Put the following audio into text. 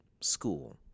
school